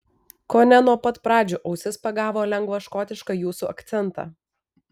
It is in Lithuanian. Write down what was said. kone nuo pat pradžių ausis pagavo lengvą škotišką jūsų akcentą